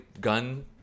gun